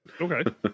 Okay